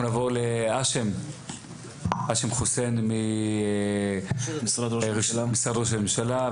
אנחנו נעבור להאשם חוסיין ממשרד ראש הממשלה,